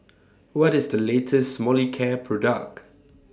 What IS The latest Molicare Product